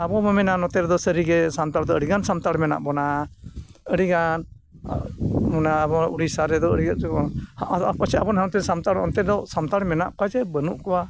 ᱟᱵᱚᱵᱚᱱ ᱢᱮᱱᱟ ᱱᱚᱛᱮ ᱫᱚ ᱥᱟᱹᱨᱤᱜᱮ ᱥᱟᱱᱛᱟᱲ ᱫᱚ ᱟᱹᱰᱤᱜᱟᱱ ᱥᱟᱱᱛᱟᱲ ᱢᱮᱱᱟᱜ ᱵᱚᱱᱟ ᱟᱹᱰᱤᱜᱟᱱ ᱢᱟᱱᱮ ᱟᱵᱚ ᱩᱲᱤᱥᱥᱟ ᱨᱮᱫᱚ ᱟᱹᱰᱤ ᱟᱵᱚ ᱦᱟᱱᱛᱮ ᱥᱟᱱᱛᱟᱲ ᱚᱱᱛᱮ ᱫᱚ ᱥᱟᱱᱛᱟᱲ ᱢᱮᱱᱟᱜ ᱠᱚᱣᱟ ᱥᱮ ᱵᱟᱹᱱᱩᱜ ᱠᱚᱣᱟ